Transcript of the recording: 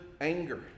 anger